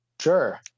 Sure